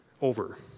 over